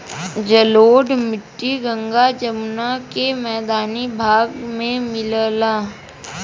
जलोढ़ मट्टी गंगा जमुना के मैदानी भाग में मिलला